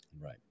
Right